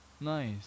nice